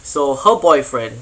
so her boyfriend